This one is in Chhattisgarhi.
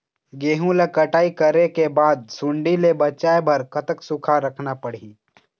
गेहूं ला कटाई करे बाद सुण्डी ले बचाए बर कतक सूखा रखना पड़ही?